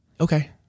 Okay